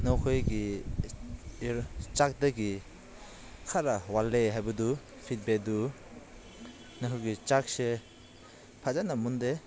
ꯅꯈꯣꯏꯒꯤ ꯆꯥꯛꯇꯒꯤ ꯈꯔ ꯋꯥꯠꯂꯦ ꯍꯥꯏꯕꯗꯨ ꯐꯤꯠꯕꯦꯛꯇꯨ ꯅꯈꯣꯏꯒꯤ ꯆꯥꯛꯁꯦ ꯐꯖꯅ ꯃꯨꯟꯗꯦ